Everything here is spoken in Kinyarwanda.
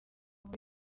muri